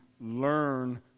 learn